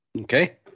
Okay